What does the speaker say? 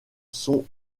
sont